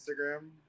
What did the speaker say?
Instagram